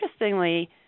interestingly